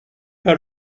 pas